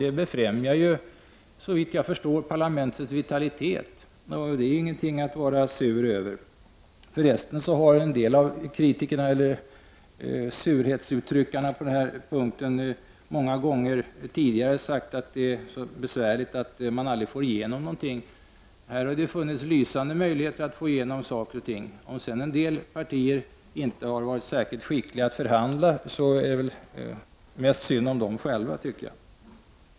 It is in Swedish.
Det befrämjar, såvitt jag förstår, parlamentets vitalitet, och det är ingenting att vara sur över. För resten har en del av kritikerna — eller surhetsuttryckarna — på den här punkten många gånger tidigare sagt att det är så besvärligt att man aldrig får igenom någonting. Här har det funnits lysande möjligheter att få igenom saker och ting. Om sedan en del partier inte har varit särskilt skickliga att förhandla, så är det väl mest synd om dem själva.